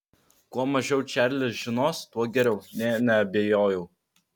kuo mažiau čarlis žinos tuo geriau nė neabejojau